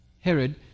Herod